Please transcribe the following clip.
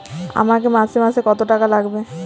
আমাকে মাসে মাসে কত টাকা লাগবে?